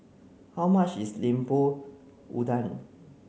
how much is Lemper Udang